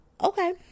Okay